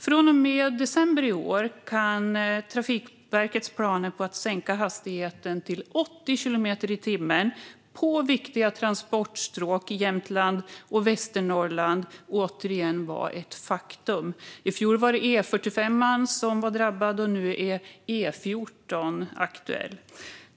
Från och med december i år kan Trafikverkets planer på att sänka hastigheten till 80 kilometer i timmen på viktiga transportstråk i Jämtland och Västernorrland återigen bli ett faktum. I fjol var det E45 som var drabbad, och nu är E14 aktuell.